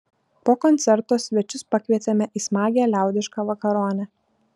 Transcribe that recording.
po koncerto svečius pakvietėme į smagią liaudišką vakaronę